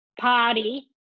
party